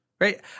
Right